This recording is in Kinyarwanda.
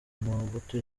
mobutu